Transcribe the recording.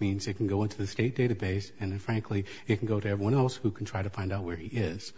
means you can go into the state database and frankly you can go to everyone else who can try to find out where he is